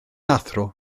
athro